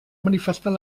manifestar